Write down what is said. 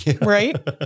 Right